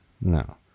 No